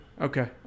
Okay